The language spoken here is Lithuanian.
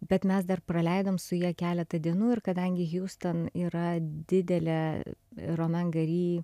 bet mes dar praleidom su ja keletą dienų ir kadangi hiuston yra didelė romen gari